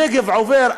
הנגב עובר,